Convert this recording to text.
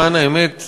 למען האמת,